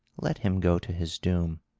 let him go to his doom.